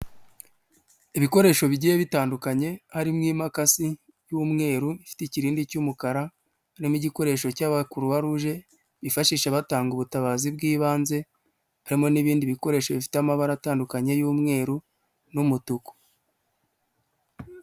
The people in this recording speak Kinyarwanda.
Ibikoresho bigiye bitandukanye harimo imakasi y'umweru ifite ikirindi cy’umukara, harimo igikoresho cya croix rouge bifashisha batanga ubutabazi bw'ibanze, harimo n'ibindi bikoresho bifite amabara atandukanye y'umweru n'umutuku.